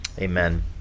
amen